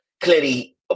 clearly